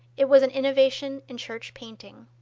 it was an innovation in church painting.